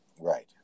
Right